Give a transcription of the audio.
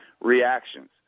reactions